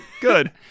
Good